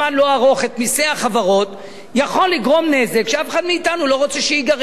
ארוך את מסי החברות יכולה לגרום נזק שאף אחד מאתנו לא רוצה שייגרם.